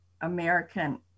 American